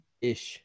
ish